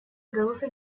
produce